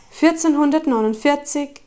1449